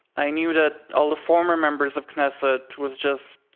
i knew that all the former members of knesset was just,